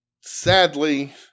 Sadly